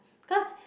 cause